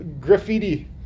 graffiti